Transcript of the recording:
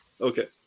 okay